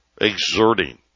exerting